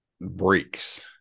breaks